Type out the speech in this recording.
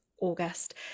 August